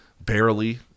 barely